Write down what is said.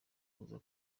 kuza